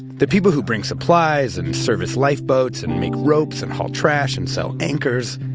the people who bring supplies, and service lifeboats, and make ropes, and haul trash, and sell anchors,